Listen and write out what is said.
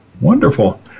Wonderful